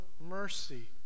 mercy